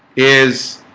is